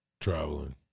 traveling